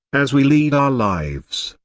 as we lead our lives,